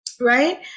right